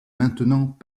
maintenant